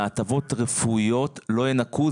מהטבות רפואיות לא ינכו.